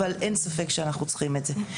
אבל אין ספק שאנחנו צריכים את זה,